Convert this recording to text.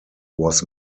was